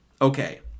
okay